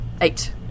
Eight